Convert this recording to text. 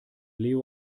leo